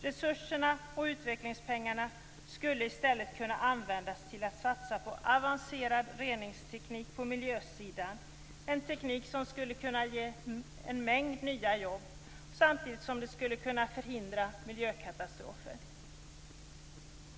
Resurserna och utvecklingspengarna skulle i stället kunna satsas på avancerad reningsteknik på miljösidan, något som skulle kunna ge en mängd nya jobb samtidigt som det skulle kunna förhindra miljökatastrofer.